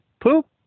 poop